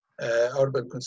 urban